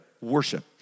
worship